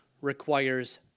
requires